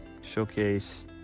showcase